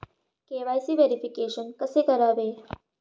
KYC verification कसे करावे?